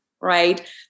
right